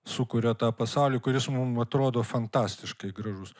sukuria tą pasaulį kuris mum atrodo fantastiškai gražus